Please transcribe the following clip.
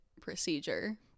procedure